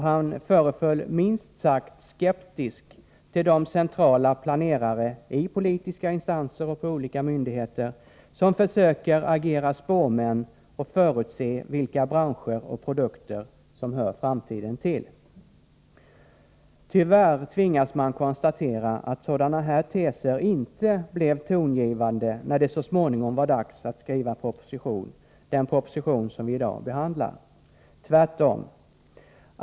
Han föreföll vara, minst sagt, skeptisk till de centrala planerare, i politiska instanser och på olika myndigheter, som försöker agera spåmän och således försöker förutse vilka branscher och produkter som hör framtiden till. Tyvärr tvingas man konstatera att sådana här teser inte blev tongivande när det så småningom var dags att skriva den proposition som vi i dag behandlar — tvärtom!